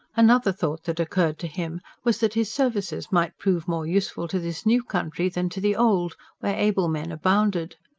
another thought that occurred to him was that his services might prove more useful to this new country than to the old, where able men abounded.